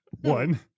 one